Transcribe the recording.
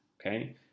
Okay